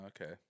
Okay